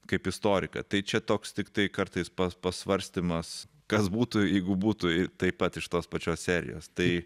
kaip istoriką tai čia toks tiktai kartais pa pasvarstymas kas būtų jeigu būtų taip pat iš tos pačios serijos tai